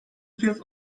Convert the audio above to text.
kez